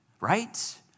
right